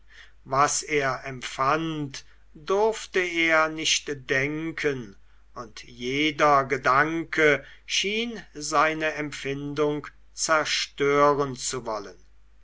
was er empfand durfte er nicht denken und jeder gedanke schien seine empfindung zerstören zu wollen